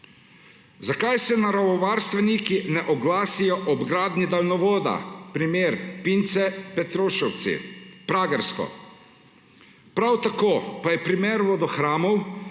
Zakaj se naravovarstveniki ne oglasijo ob gradnji daljnovoda, primer Pince, Petrušovci, Pragersko? Prav tak pa je primer vodohranov,